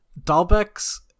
Dalbeck's